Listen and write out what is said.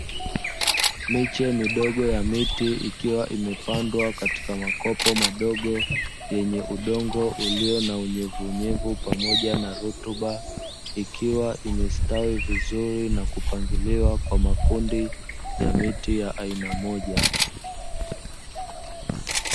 Miche midog ya miti ikiwa imepandwa katika makopo madogo yenye udongo ulio na unyevuunyevu pamoja na rutuba, ikiwa imestawi vizuri na kupangiliwa kwa makundi ya miti ya aina moja.